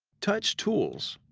touch tools.